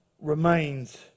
remains